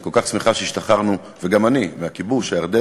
את כל כך שמחה שהשתחררנו, וגם אני, מהכיבוש הירדני